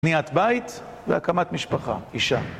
בניית בית והקמת משפחה. אישה.